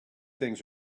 things